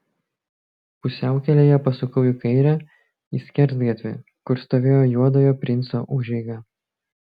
pusiaukelėje pasukau į kairę į skersgatvį kur stovėjo juodojo princo užeiga